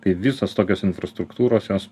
kai visos tokios infrastruktūros jos